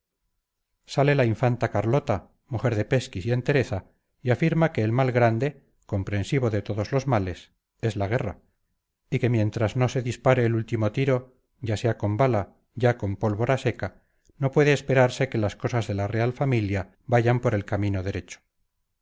sale la infanta carlota mujer de pesquis y entereza y afirma que el mal grande comprensivo de todos los males es la guerra y que mientras no se dispare el último tiro ya sea con bala ya con pólvora seca no puede esperarse que las cosas de la real familia vayan por el camino derecho